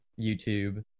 YouTube